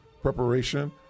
preparation